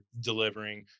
delivering